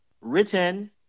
written